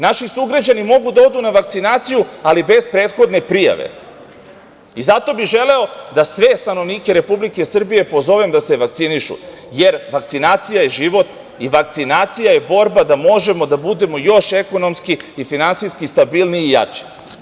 Naši sugrađani mogu da odu na vakcinaciju, ali bez prethodne prijave i zato bih želeo da sve stanovnike Republike Srbije pozovem da se vakcinišu, jer vakcinacija je život i vakcinacija je borba da možemo da budemo još ekonomski i finansijski stabilniji i jači.